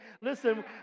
Listen